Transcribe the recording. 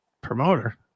promoter